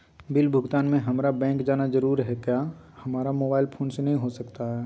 Bill भुगतान में हम्मारा बैंक जाना जरूर है क्या हमारा मोबाइल फोन से नहीं हो सकता है?